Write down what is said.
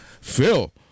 Phil